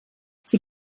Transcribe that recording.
sie